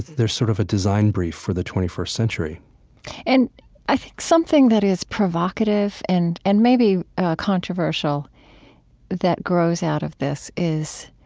they're sort of a design brief for the twenty first century and i think something that is provocative and and maybe controversial that grows out of this is,